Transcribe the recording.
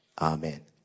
Amen